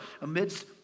amidst